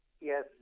Yes